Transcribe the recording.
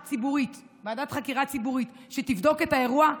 ועדת חקירה ציבורית שתבדוק את האירוע,